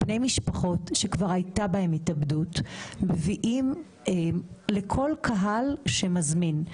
בני משפחות שכבר הייתה בהם התאבדות מביאים לכל קהל שמזמין,